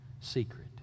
Secret